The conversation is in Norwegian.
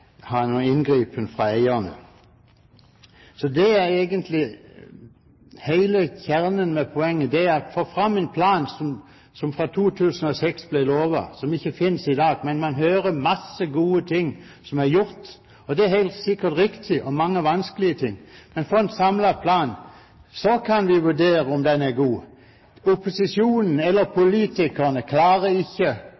ha noen inngripen fra eierne. Hele kjernen, hele poenget er å få fram en plan, som ble lovet i 2006, men som ikke finnes i dag. Man hører om mange gode ting som er gjort – og det er helt sikkert riktig, også mange vanskelige ting – men får vi en samlet plan, kan vi vurdere om den er god.